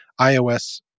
iOS